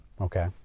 Okay